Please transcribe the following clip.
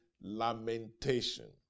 lamentation